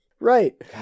Right